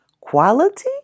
quality